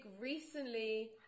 recently